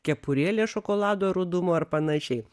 kepurėlė šokolado rudumo ar panašiai